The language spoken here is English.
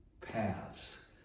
paths